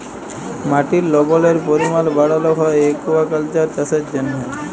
মাটির লবলের পরিমাল বাড়ালো হ্যয় একুয়াকালচার চাষের জ্যনহে